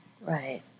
right